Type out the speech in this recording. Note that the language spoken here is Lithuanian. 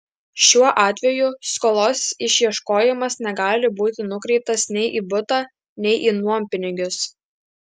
šiuo atveju skolos išieškojimas negali būti nukreiptas nei į butą nei į nuompinigius